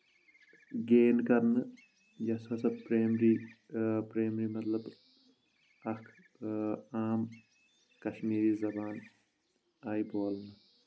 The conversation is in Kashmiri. گین کرنہٕ یۄس ہسا پرٛایمری پرٛایمری مطلب اکھ عام کشمیٖری زبان آیہِ بولنہٕ